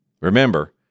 remember